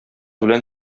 белән